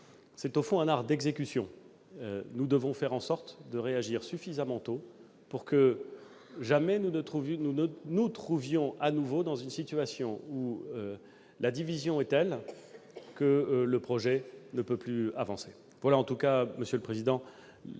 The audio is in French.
C'est, au fond, un art d'exécution : nous devons faire en sorte de réagir suffisamment tôt pour que jamais nous ne nous trouvions de nouveau dans une situation où la division soit telle que le projet ne puisse plus avancer. C'est une tâche difficile qui est